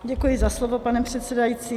Děkuji za slovo, pane předsedající.